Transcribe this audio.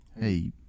hey